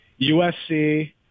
USC